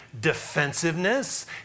defensiveness